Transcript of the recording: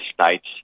states